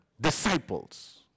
disciples